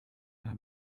are